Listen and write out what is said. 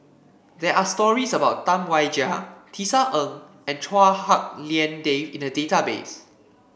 there are stories about Tam Wai Jia Tisa Ng and Chua Hak Lien Dave in the database